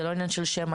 זה לא עניין של שם.